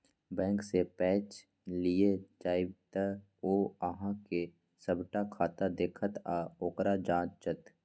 बैंकसँ पैच लिअ जाएब तँ ओ अहॅँक सभटा खाता देखत आ ओकरा जांचत